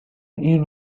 این